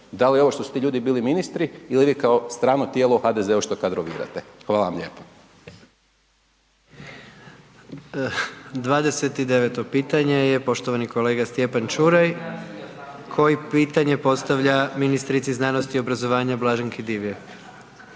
da li ovo što su ti ljudi bili ministri ili vi kao strano tijelo u HDZ-u što kadrovirate. Hvala vam lijepo. **Jandroković, Gordan (HDZ)** 29. pitanje je poštovani kolega Stjepan Čuraj koji pitanje postavlja ministrici znanosti i obrazovanja Blaženki Divjak.